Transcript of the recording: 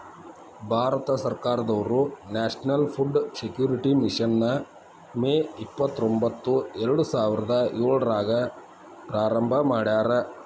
ಭಾರತ ಸರ್ಕಾರದವ್ರು national food security mission ನ May ಇಪ್ಪತ್ರೊಂಬತ್ತು ಎರಡುಸಾವಿರದ ಏಳ್ರಾಗ ಪ್ರಾರಂಭ ಮಾಡ್ಯಾರ